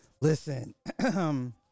Listen